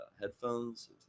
headphones